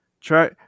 try